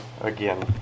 again